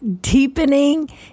deepening